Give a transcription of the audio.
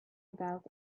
about